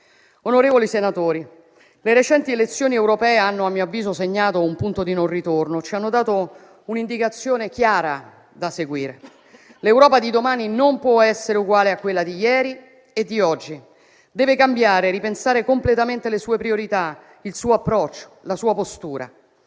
Onorevoli senatori, le recenti elezioni europee, a mio avviso, hanno segnato un punto di non ritorno e ci hanno dato un'indicazione chiara da seguire: l'Europa di domani non può essere uguale a quella di ieri e di oggi; deve cambiare, ripensare completamente le sue priorità, il suo approccio e la sua postura;